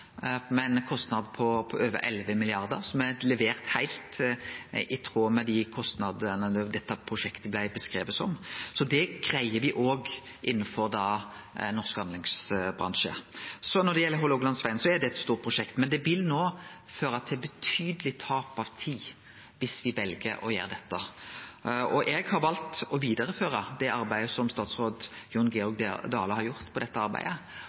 med ein kostnad på over 11 mrd. kr, og som er levert heilt i tråd med kostnadene for dette prosjektet, slik det blei beskrive. Det greier me også innanfor norsk anleggsbransje. Når det gjeld Hålogalandsvegen: Det er eit stort prosjekt. Det vil føre til betydeleg tap av tid dersom ein vel å gjere det. Eg har valt å vidareføre det arbeidet som tidlegare statsråd Jon Georg Dale har gjort, og eg ser ingen grunn til å kritisere arbeidet